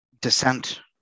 descent